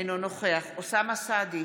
אינו נוכח אוסאמה סעדי,